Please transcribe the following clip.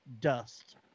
dust